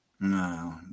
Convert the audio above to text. No